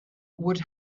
would